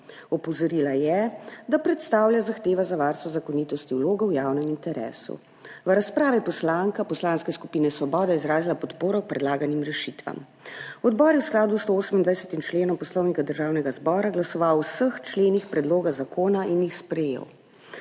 Opozorila je, da predstavlja zahtevo za varstvo zakonitosti vlogo v javnem interesu. V razpravi je poslanka Poslanske skupine Svoboda izrazila podporo predlaganim rešitvam. Odbor je v skladu s 128. členom Poslovnika Državnega zbora glasoval o vseh členih predloga zakona in jih sprejel.